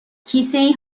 کیسهای